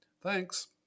thanks